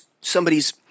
somebody's